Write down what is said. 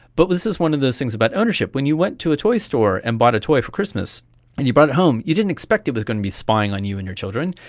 but this is one of those things about ownership. when you went to a toy store and bought a toy for christmas and you brought it home, you didn't expect it was going to be spying on you and your children.